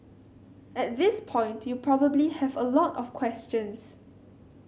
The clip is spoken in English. at this point you probably have a lot of questions